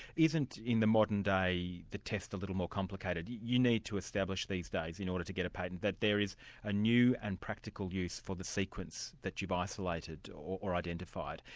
isn't in the modern day, the test a little more complicated? you you need to establish these days, in order to get a patent that there is a new and practical use for the sequence that you've isolated, or identified.